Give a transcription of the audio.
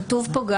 כתוב פה,